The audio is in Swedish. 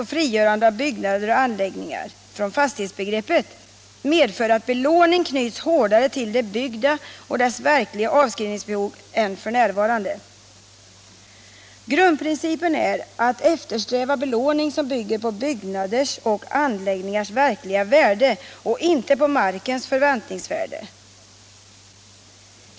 det byggda och dess verkliga avskrivningsbehov än f.n. Grundprincipen är att eftersträva belåning som bygger på byggnaders och anläggningars verkliga värde och inte på markens förväntningsvärde.